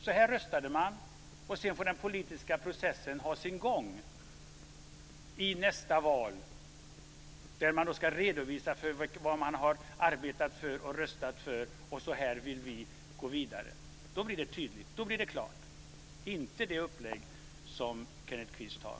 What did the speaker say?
Så här röstade vi, kan man säga, och sedan får den politiska processen ha sin gång i nästa val då man ska redovisa för vad man har arbetat och röstat för och tala om hur man vill gå vidare. Då blir det tydligt och klart. Det blir det inte med det upplägg som Kenneth Kvist har.